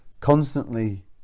constantly